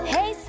Hey